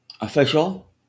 official